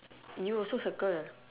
you also circle